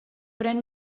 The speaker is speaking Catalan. pren